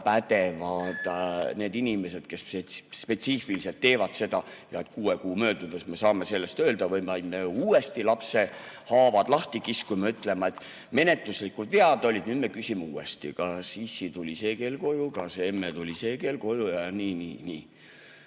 väga pädevad inimesed, kes spetsiifiliselt teevad seda, ja et kuue kuu möödudes me saame selle kohta öelda või me peame uuesti lapse haavad lahti kiskuma, ütlema, et menetluslikud vead olid enne, nüüd me küsime uuesti, kas issi tuli see kell koju, kas emme tuli see kell koju ja nii, nii, nii.